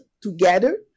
together